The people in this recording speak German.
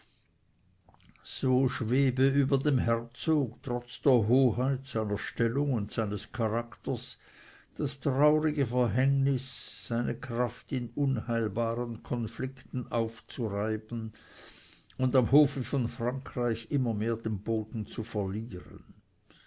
so schwebe über dem herzog trotz der hoheit seiner stellung und seines charakters das traurige verhängnis seine kraft in unheilbaren konflikten aufzureiben und am hofe von frankreich immer mehr den boden zu verlieren